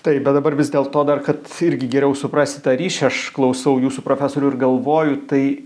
taip bet dabar vis dėlto dar kad irgi geriau suprasti tą ryšį aš klausau jūsų profesorių ir galvoju tai